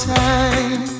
time